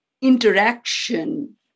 interaction